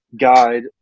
guide